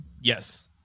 Yes